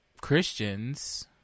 Christians